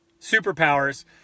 superpowers